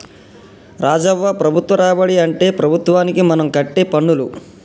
రాజవ్వ ప్రభుత్వ రాబడి అంటే ప్రభుత్వానికి మనం కట్టే పన్నులు